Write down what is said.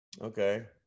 Okay